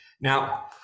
now